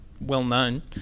well-known